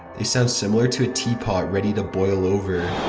they sound similar to a tea pot ready to boil over.